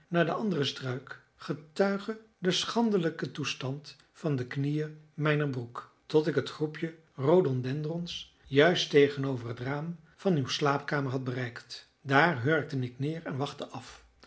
naar den anderen struik getuige de schandelijke toestand van de knieën mijner broek tot ik het groepje rhododendrons juist tegenover het raam van uw slaapkamer had bereikt daar hurkte ik neer en wachtte af